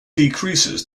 decreases